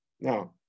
Now